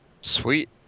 sweet